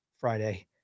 friday